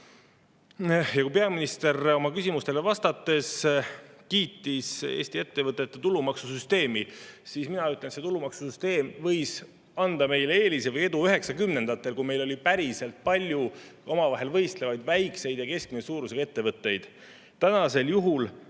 peale. Peaminister kiitis küsimustele vastates Eesti ettevõtete tulumaksu süsteemi, kuid mina ütlen, et see tulumaksusüsteem võis anda meile eelise või edu 1990‑ndatel, kui meil oli päriselt palju omavahel võistlevaid väikseid ja keskmise suurusega ettevõtteid,